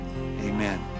amen